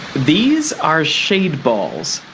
these are shade balls.